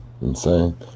insane